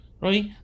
Right